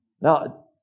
Now